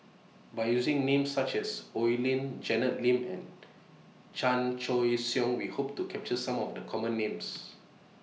By using Names such as Oi Lin Janet Lim and Chan Choy Siong We Hope to capture Some of The Common Names